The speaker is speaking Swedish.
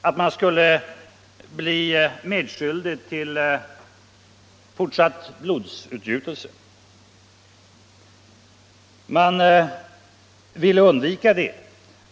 Därmed skulle man bli medskyldig till fortsatt blodsutgjutelse. Man ville undvika det.